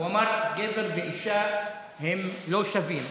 הוא אמר: גבר ואישה הם לא שווים.